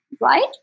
right